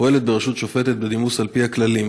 הפועלת בראשות שופטת בדימוס על-פי הכללים.